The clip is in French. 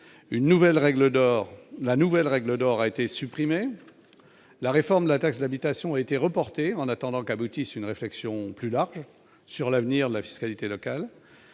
la nouvelle règle d'or a été supprimé, la réforme de la taxe d'habitation a été reportée en attendant qu'aboutissent, une réflexion plus large sur l'avenir de la fiscalité locale